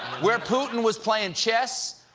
where putin was playing chess,